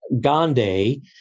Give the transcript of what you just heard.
Gandhi